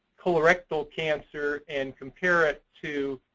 colorectal cancer, and compare it to